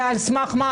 על סמך מה?